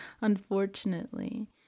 Unfortunately